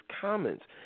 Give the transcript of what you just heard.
comments